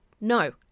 No